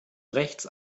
rechts